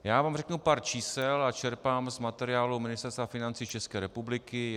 Já vám řeknu pár čísel a čerpám z materiálu Ministerstva financí České republiky.